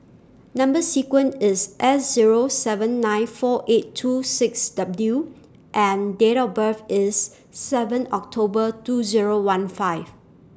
Number sequence IS S Zero seven nine four eight two six W and Date of birth IS seven October two Zero one five